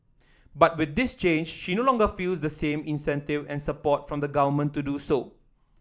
but with this change she no longer feels the same incentive and support from the Government to do so